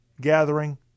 Gathering